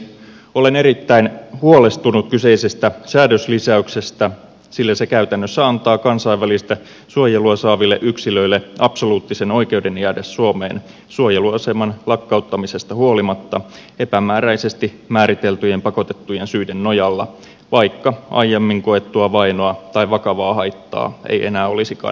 olen erittäin huolestunut kyseisestä säädöslisäyksestä sillä se käytännössä antaa kansainvälistä suojelua saaville yksilöille absoluuttisen oikeuden jäädä suomeen suojeluaseman lakkauttamisesta huolimatta epämääräisesti määriteltyjen pakotettujen syiden nojalla vaikka aiemmin koettua vainoa tai vakavaa haittaa ei enää olisikaan näköpiirissä